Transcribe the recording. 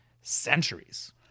centuries